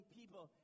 people